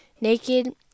Naked